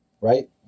right